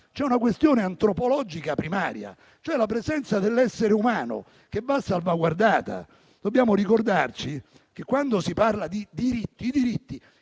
C'è una questione antropologica primaria, cioè la presenza dell'essere umano, che va salvaguardata. Dobbiamo ricordare che, quando si parla di diritti, il primo